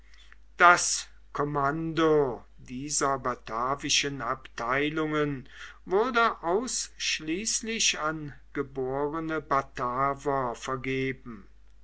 das kommando dieser batavischen abteilungen wurde ausschließlich an geborene bataver vergeben